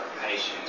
patience